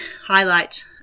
highlight